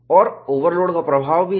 और ओवरलोड का प्रभाव भी है